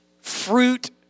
fruit